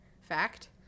fact